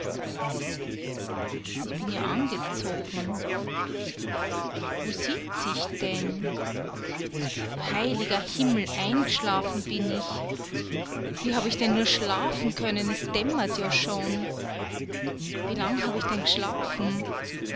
ich bin ja angezogen wo sitz ich denn heiliger himmel eingeschlafen bin ich wie hab ich denn nur schlafen können es dämmert ja schon wie lang hab ich denn geschlafen